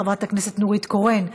חברת הכנסת נורית קורן,